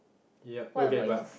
yup okay but